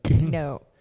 No